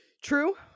True